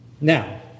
Now